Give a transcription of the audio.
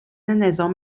نظام